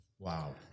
Wow